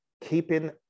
keeping